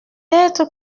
être